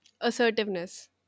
Assertiveness